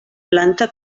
planta